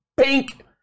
pink